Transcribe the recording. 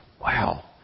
wow